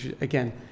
again